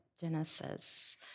Genesis